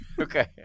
Okay